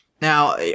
Now